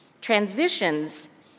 transitions